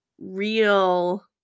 real